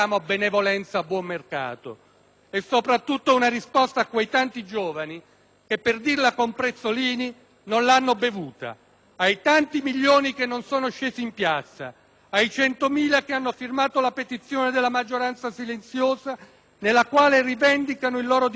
È, soprattutto, una risposta a quei tanti giovani che, per dirla con Prezzolini, non l'hanno bevuta. Ai tanti milioni che non sono scesi in piazza, ai centomila che hanno firmato la petizione della maggioranza silenziosa nella quale rivendicano il loro diritto di continuare a studiare.